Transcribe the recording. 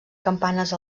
campanes